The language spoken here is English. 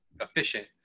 efficient